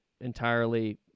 entirely